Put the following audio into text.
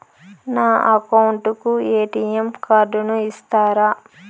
నా అకౌంట్ కు ఎ.టి.ఎం కార్డును ఇస్తారా